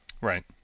Right